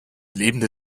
lebende